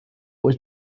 was